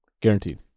guaranteed